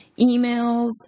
emails